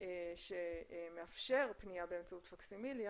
שמאפשר פנייה באמצעות פקסימיליה,